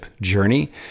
journey